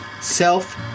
Self